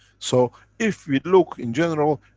so if we look in general,